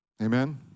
amen